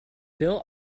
bill